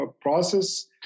process